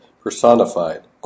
Personified